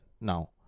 now